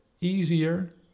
easier